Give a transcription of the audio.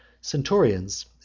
Centurions